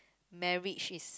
marriage is